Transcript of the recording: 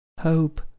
Hope